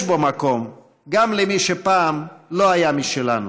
יש בו מקום גם למי שפעם לא היה משלנו,